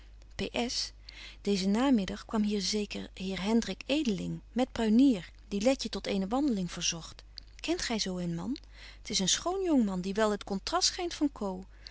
deezen namiddag kwam hier zeker heer hendrik edeling met brunier die letje tot eene wandeling verzogt kent gy zo een man t is een schoon jongman die wel het contrast schynt van